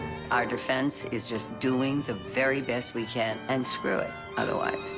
our defense is just doing the very best we can and screw it otherwise.